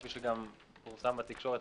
כפי שגם פורסם בתקשורת,